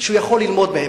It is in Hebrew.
שהוא יכול ללמוד מהן.